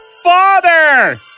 Father